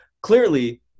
clearly